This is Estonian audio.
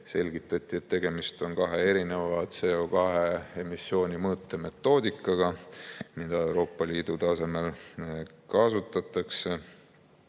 Selgitati, et tegemist on kahe erineva CO2emissiooni mõõtmise metoodikaga, mida Euroopa Liidu tasemel kasutatakse.